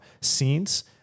scenes